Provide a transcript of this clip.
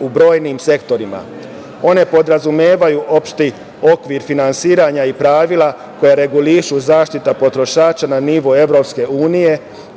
u brojnim sektorima. One podrazumevaju opšti okvir finansira i pravila koje regulišu zaštitu potrošača na nivo EU